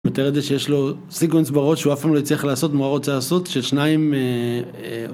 מתאר את זה שיש לו סיקוונס בראש שהוא אף פעם לא הצליח לעשות מה הוא רוצה לעשות ששניים